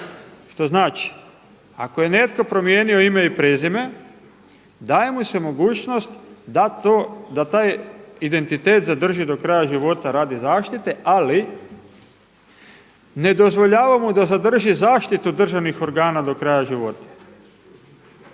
što znači ako je netko promijenio ime i prezime, daje mu se mogućnost da taj identitet zadrži do kraja života radi zaštite, ali ne dozvoljava mu da zadrži zaštitu državnih organa do kraja života.